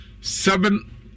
seven